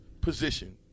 position